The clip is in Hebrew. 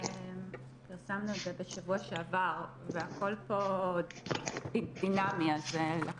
פרסמנו את זה בשבוע שעבר והכל כאן דינמי כך שצריך